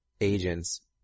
agents